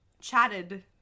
chatted